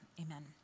Amen